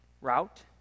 route